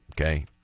Okay